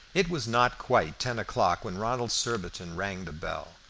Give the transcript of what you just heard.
it was not quite ten o'clock when ronald surbiton rang the bell,